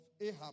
Ahab